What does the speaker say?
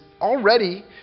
Already